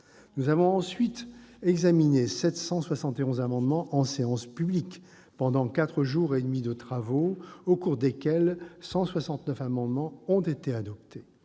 Nous avons ensuite examiné 771 amendements en séance publique, pendant quatre jours et demi de travaux, au cours desquels 169 amendements ont été adoptés.